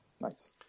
Nice